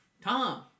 Tom